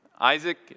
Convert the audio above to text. Isaac